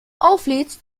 auflädst